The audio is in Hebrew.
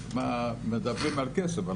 מדברים הרי על כסף,